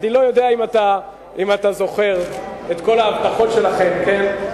אני לא יודע אם אתה זוכר את כל ההבטחות שלכם, כן?